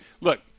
Look